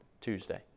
Tuesday